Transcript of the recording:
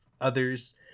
others